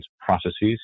processes